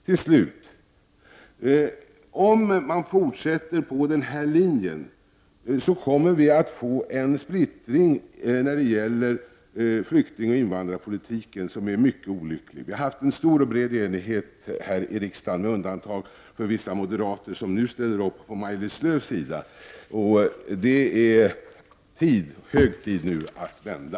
Till slut: Om man fortsätter på den här vägen kommer vi att få en mycket olycklig splittring när det gäller flyktingoch invandrarpolitiken. Vi har här i riksdagen haft stor och bred enighet, som omfattat alla med undantag för vissa moderater, som nu ställer upp på Maj-Lis Lööws sida. Det är nu hög tid att vända.